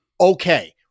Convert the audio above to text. okay